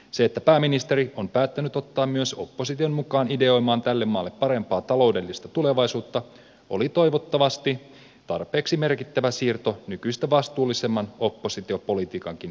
se että pääministeri on päättänyt ottaa myös opposition mukaan ideoimaan tälle maalle parempaa taloudellista tulevaisuutta oli toivottavasti tarpeeksi merkittävä siirto nykyistä vastuullisemman oppositiopolitiikankin syntymiseksi